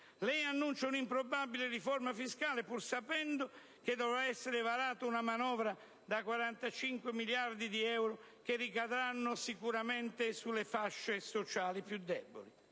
Lei annuncia un'improbabile riforma fiscale, pur sapendo che dovrà essere varata una manovra da 45 miliardi di euro, che ricadranno sicuramente sulle fasce sociali più deboli.